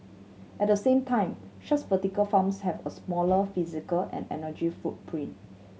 at the same time such vertical farms have a smaller physical and energy footprint